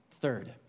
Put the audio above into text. Third